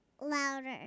Louder